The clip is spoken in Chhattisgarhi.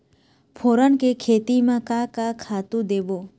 फोरन के खेती म का का खातू देबो?